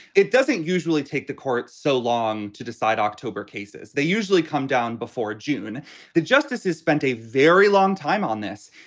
it doesn't usually take the court so long to decide october cases. they usually come down before june the justices spent a very long time on this.